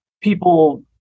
people